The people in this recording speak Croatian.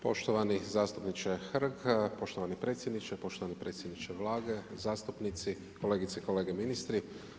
Poštovani zastupniče Hrg, poštovani predsjedniče, poštovani predsjedniče Vlade, zastupnici, kolegice i kolege ministri.